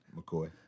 McCoy